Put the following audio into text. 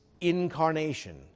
incarnation